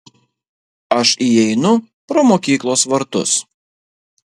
aš įeinu pro mokyklos vartus